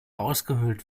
ausgehöhlt